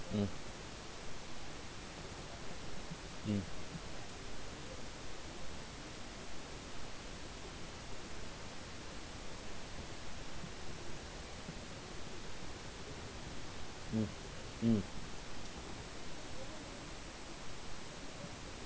mm mm mm mm